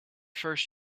first